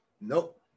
Nope